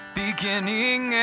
beginning